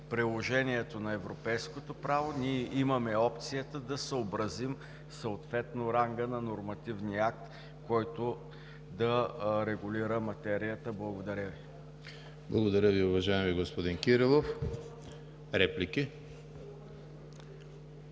приложението на европейското право ние имаме опцията да съобразим съответно ранга на нормативния акт, който да регулира материята. Благодаря Ви. ПРЕДСЕДАТЕЛ ЕМИЛ ХРИСТОВ: Благодаря Ви, уважаеми господин Кирилов. Реплики?